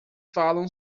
falam